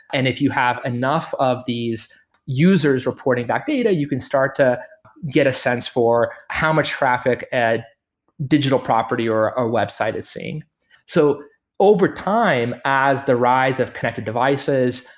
and if you have enough of these user s reporting back data, you can start to get a sense for how much traffic at digital property, or a website is seeing so over time, as the rise of connected devices,